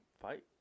fight